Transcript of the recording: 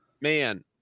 man